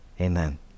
Amen